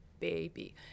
baby